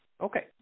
Okay